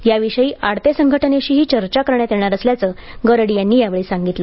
याविषयी आडते संघटनेशीही चर्चा करण्यात येणार असल्याचं गरड यांनी यावेळी सांगितलं